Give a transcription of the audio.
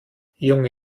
junge